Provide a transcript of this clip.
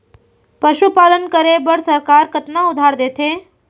पशुपालन करे बर सरकार कतना उधार देथे?